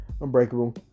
Unbreakable